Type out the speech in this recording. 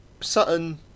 Sutton